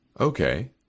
okay